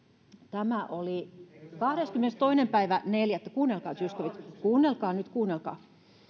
tämä oli kahdeskymmenestoinen neljättä kuunnelkaa kuunnelkaa zyskowicz kuunnelkaa